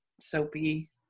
soapy